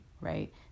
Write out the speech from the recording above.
right